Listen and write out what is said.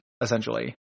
essentially